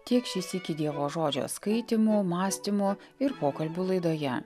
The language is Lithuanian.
tiek šį sykį dievo žodžio skaitymų mąstymų ir pokalbių laidoje